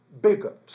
bigots